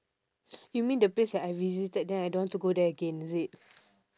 you mean the place that I visited then I don't want to go there again is it